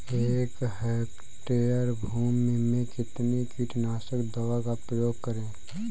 एक हेक्टेयर भूमि में कितनी कीटनाशक दवा का प्रयोग करें?